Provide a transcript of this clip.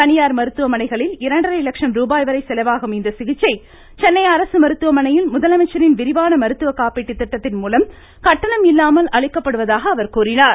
தனியார் மருத்துவமனைகளில் இரண்டரை லட்சம் ரூபாய்வரை செலவாகும் இந்த சிகிச்சை சென்னை அரசு மருத்துவமனயில் முதலமைச்சரின் விரிவான மருத்துவ காப்பீட்டு திட்டத்தின்மூலம் கட்டணம் இல்லாமல் அளிக்கப்படுவதாக கூறினார்